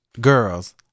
girls